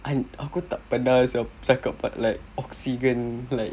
I aku tak pernah sia cakap like oksigen like